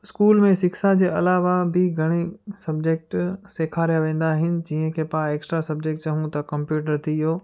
school में सिक्षा जे अलावा बि घणेई सब्जेक्ट सेखारिया वेंदा आहिनि जीअं कि पाण एक्स्ट्रा सब्जेक्ट चऊं था कंप्यूटर थी वियो